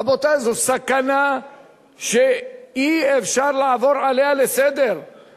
רבותי, זו סכנה שאי-אפשר לעבור עליה לסדר-היום.